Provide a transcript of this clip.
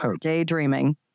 Daydreaming